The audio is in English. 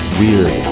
weird